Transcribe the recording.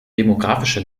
demografische